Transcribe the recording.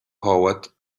poet